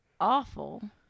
Awful